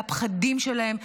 על הפחדים שלהם,